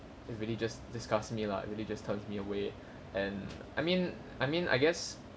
really just disgust me lah it really just turns me away and I mean I mean I guess